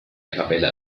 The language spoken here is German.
kapelle